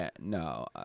No